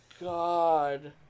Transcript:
God